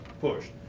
pushed